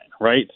right